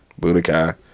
Budokai